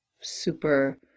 super